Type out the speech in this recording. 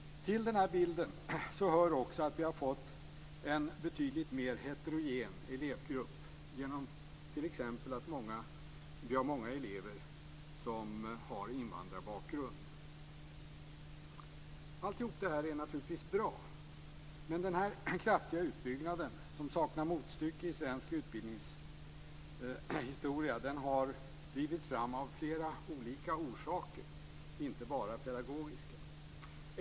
Till den här bilden hör också att vi har fått en betydligt mer heterogen elevgrupp genom att vi t.ex. har många elever som har invandrarbakgrund. Allt det här är naturligtvis bra. Men den här kraftiga utbyggnaden, som saknar motstycke i svensk utbildningshistoria, har drivits fram av flera olika orsaker - inte bara pedagogiska.